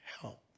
help